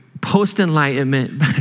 post-enlightenment